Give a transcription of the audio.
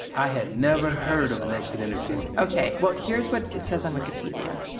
i had never heard of an exit interview ok. well, here's what it says on wikipedia.